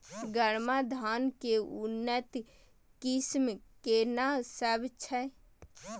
गरमा धान के उन्नत किस्म केना सब छै?